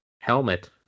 Helmet